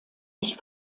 ich